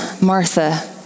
Martha